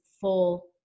full